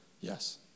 Yes